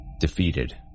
Defeated